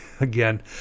again